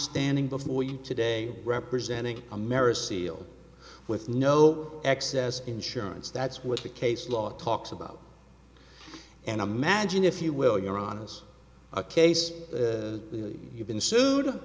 standing before you today representing america sealed with no excess insurance that's what the case law talks about and imagine if you will you're on us a case you've been s